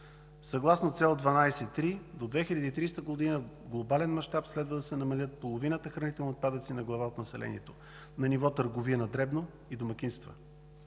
Съгласно Цел 12.3 в глобален мащаб до 2030 г. следва да се намалят половината хранителни отпадъци на глава от населението на ниво търговия на дребно и домакинства,